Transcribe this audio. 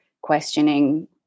questioning